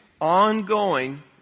ongoing